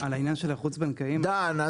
על העניין של החוץ-בנקאיים -- בן דהן,